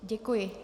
Děkuji.